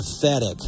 pathetic